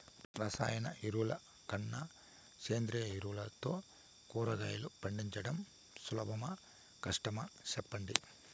రసాయన ఎరువుల కన్నా సేంద్రియ ఎరువులతో కూరగాయలు పండించడం సులభమా కష్టమా సెప్పండి